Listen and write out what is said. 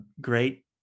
great